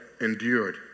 endured